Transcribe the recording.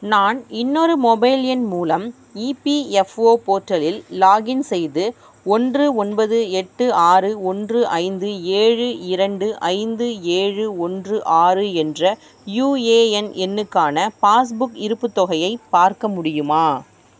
நான் இன்னொரு மொபைல் எண் மூலம் இபிஎஃப்ஓ போர்ட்டலில் லாக்இன் செய்து ஓன்று ஒன்பது எட்டு ஆறு ஓன்று ஐந்து ஏழு இரண்டு ஐந்து ஏழு ஓன்று ஆறு என்ற யுஏஎன் எண்ணுக்கான பாஸ்புக் இருப்புத் தொகையைப் பார்க்க முடியுமா